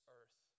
earth